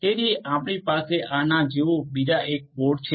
તેથી આપણી પાસે આના જેવા બીજા એક બીજા પોડ છે